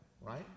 right